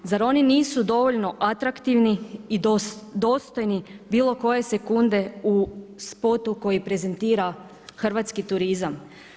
Zar oni nisu dovoljno atraktivni i dostojni bilo koje sekunde u spotu koji prezentira hrvatski turizam.